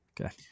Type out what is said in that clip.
Okay